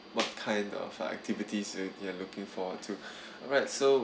what kind of activities you you are looking for two alright so